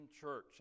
church